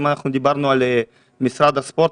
אם דיברנו על משרד הספורט,